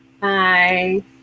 bye